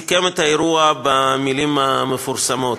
סיכם את האירוע במילים המפורסמות: